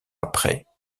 après